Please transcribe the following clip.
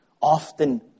often